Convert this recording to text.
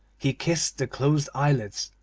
he kissed the closed eyelids,